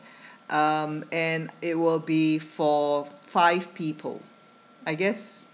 um and it will be for five people I guess